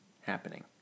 happening